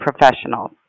professionals